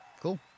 Cool